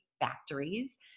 factories